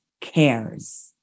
cares